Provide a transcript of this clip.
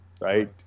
right